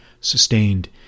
sustained